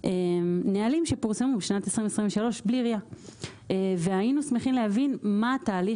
נהלים שפורסמו בשנת 2023 בלי RIA. והיינו שמחים להבין מה התהליך